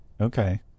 Okay